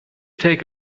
take